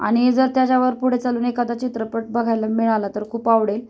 आणि जर त्याज्यावर पुढे चालून एखादा चित्रपट बघायला मिळाला तर खूप आवडेल